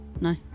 No